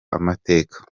amateka